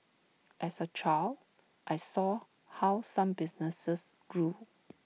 as A child I saw how some businesses grew